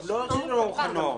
לא שלא מוכנות.